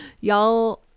Y'all